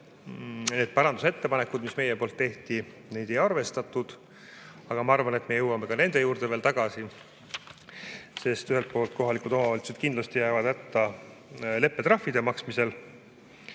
neid parandusettepanekuid, mis meie tegime, ei arvestatud. Aga ma arvan, et me jõuame ka nende juurde veel tagasi. Ühelt poolt kohalikud omavalitsused kindlasti jäävad hätta leppetrahvide maksmisel,